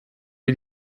wir